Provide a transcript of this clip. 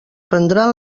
prendran